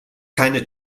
keine